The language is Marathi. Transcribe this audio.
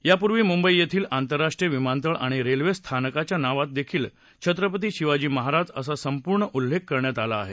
यापूर्वी मुंबई येथील आंतरराष्ट्रीय विमानतळ आणि रेल्वे स्थानकाच्या नावात देखील छत्रपती शिवाजी महाराज असा संपूर्ण उल्लेख करण्यात आला आहे